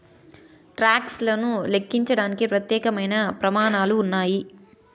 talks లను లెక్కించడానికి ప్రత్యేకమైన ప్రమాణాలు ఉన్నాయి